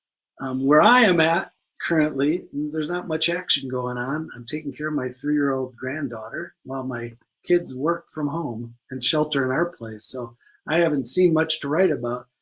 where i am at currently there's not much action going on. i'm taking care of my three-year-old granddaughter while my kids work from home and shelter in our place, so i haven't seen much to write about.